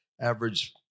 average